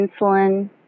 insulin